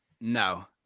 No